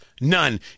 None